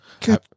Good